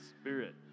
spirit